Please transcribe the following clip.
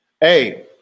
Hey